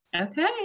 Okay